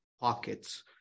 pockets